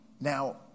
Now